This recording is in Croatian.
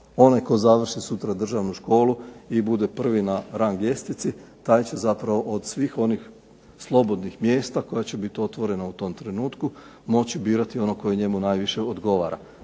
Onaj tko završi sutra državnu školu i bude prvi na rang ljestvici taj će zapravo od svih onih slobodnih mjesta koja će biti otvorena u tom trenutku moći birati ono koje njemu najviše odgovara.